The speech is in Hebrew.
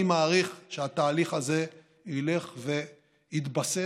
אני מעריך שהתהליך הזה ילך ויתבסס,